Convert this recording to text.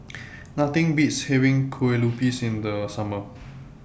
Nothing Beats having Kue Lupis in The Summer